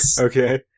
Okay